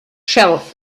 shelf